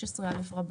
16א רבה.